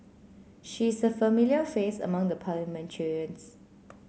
she is a familiar face among the parliamentarians